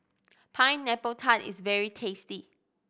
Pineapple Tart is very tasty